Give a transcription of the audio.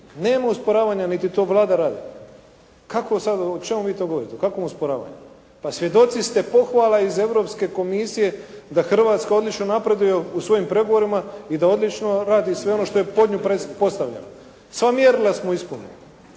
nema usporavanja, niti to Vlada radi. Kako sada, o čemu vi to govorite? O kakvom usporavanju? Pa svjedoci ste pohvala ih Europske komisije da Hrvatska odlično napreduje u svojim pregovorima i da odlično radi sve ono što je pod nju podstavljeno. Sva mjerila smo ispunili.